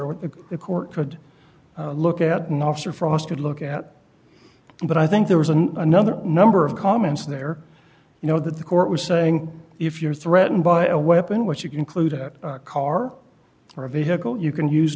what the court could look at an officer frost would look at but i think there was another number of comments there you know that the court was saying if you're threatened by a weapon which you conclude that a car or a vehicle you can use